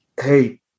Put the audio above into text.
hey